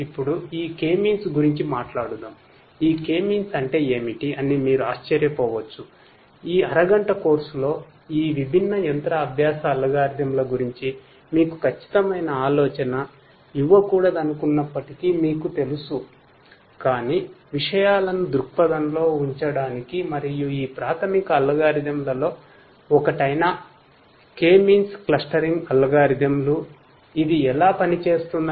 ఇప్పుడు ఈ K means పనిచేస్తుంది